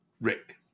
Rick